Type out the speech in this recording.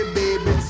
baby